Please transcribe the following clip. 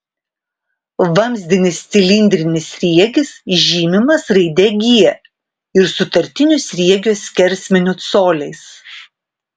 vamzdinis cilindrinis sriegis žymimas raide g ir sutartiniu sriegio skersmeniu coliais